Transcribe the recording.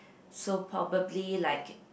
so probably like